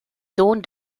sohn